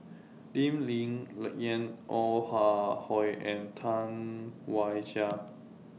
Lee Ling Yen Ong Ah Hoi and Tam Wai Jia